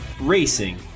racing